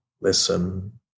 listen